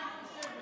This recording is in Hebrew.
אמרתי,